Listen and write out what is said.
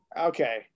Okay